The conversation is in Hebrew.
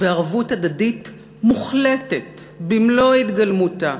וערבות הדדית מוחלטת במלוא התגלמותה,